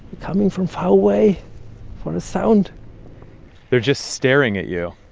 coming from far away for a sound they're just staring at you.